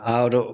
اور